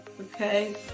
Okay